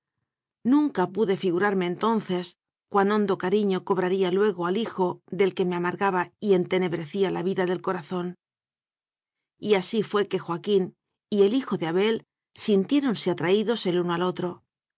nunca pude figurarme entonces cuán hondo cariño cobraría luego al hijo del que me amargaba y entenebrecía la vida del corazón y así fué que joaquín y el hijo de abel sin tiéronse atraídos el uno al otro